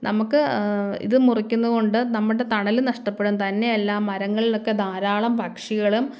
നമുക്ക് ഇത് മുറിക്കുന്നത് കൊണ്ട് നമ്മുടെ തണലും നഷ്ടപ്പെടും തന്നെയല്ല മരങ്ങളിലൊക്കെ ധാരാളം പക്ഷികളും